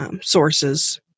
sources